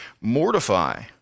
Mortify